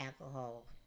alcohol